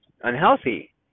unhealthy